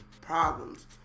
problems